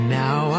now